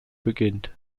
beginnt